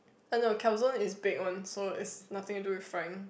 oh no calzones is bake one so it's nothing to do with frying